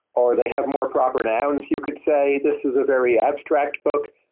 or they have more proper nouns you could say. this is a very abstract book.